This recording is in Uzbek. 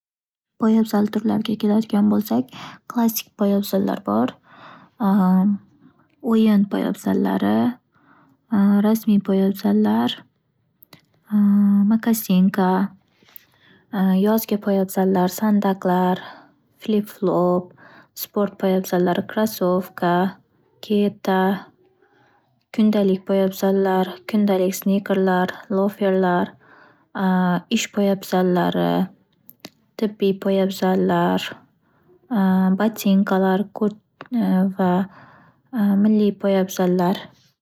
Poyabzal turlariga keladigan bo'lsak, klassik poyabzallar bor o'yin poyabzallari, rasmiy poyabzallar, makasinka, yozgi poyabzallar, sandaqlar, fli-flop, sport poyabzallari: krasovka, keta, kundalik poyabzallar, kundalik snikerlar, loferlar, ish poyabzallari, tibbiy poyabzallar botinkalar, kurt - milliy poyabzallar.